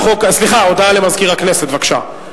הודעה לסגן מזכירת הכנסת, בבקשה.